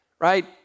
right